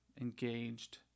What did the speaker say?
engaged